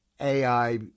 AI